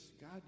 God